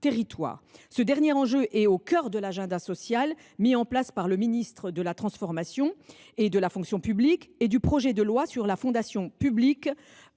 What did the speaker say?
Ce dernier enjeu est au cœur de l’agenda social mis en place par le ministre de la transformation et de la fonction publiques et du projet de loi sur la fonction publique